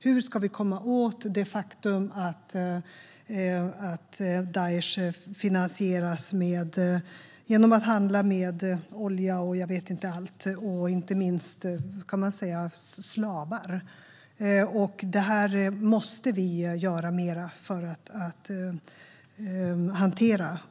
Hur ska vi komma åt det faktum att Daesh finansieras genom att handla med olja och inte minst slavar? Det här måste vi göra mer för att hantera.